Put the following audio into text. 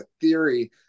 theory